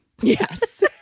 Yes